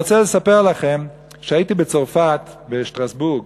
אני רוצה לספר לכם: כשהייתי בצרפת, בשטרסבורג,